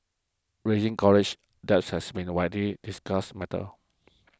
raising college debts has been a widely discussed matter